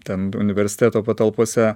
ten universiteto patalpose